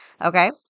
Okay